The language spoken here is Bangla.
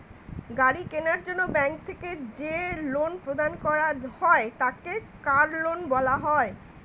গাড়ি কেনার জন্য ব্যাঙ্ক থেকে যে লোন প্রদান করা হয় তাকে কার লোন বলা হয়